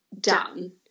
done